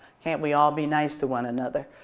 can't we all be nice to one another?